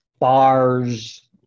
bars